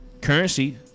currency